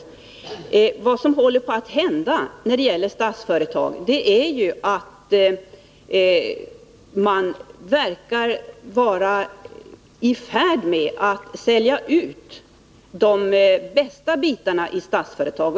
Men vad som håller på att hända när det gäller Statsföretag är ju att man verkar vara i färd med att sälja ut de bästa bitarna där.